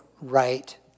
right